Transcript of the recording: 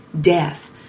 death